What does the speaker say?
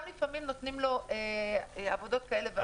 לפעמים נותנים לו עבודות כאלה ואחרות.